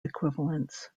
equivalence